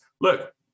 look